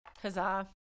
Huzzah